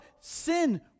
Sin